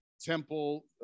Temple